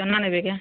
ଚନା ନେବେ କାଏଁ